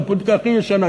לפוליטיקה הכי ישנה.